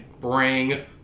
bring